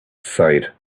sighed